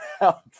out